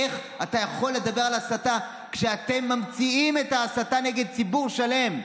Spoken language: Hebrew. איך אתה יכול לדבר על הסתה כשאתם ממציאים את ההסתה נגד ציבור שלם?